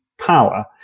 power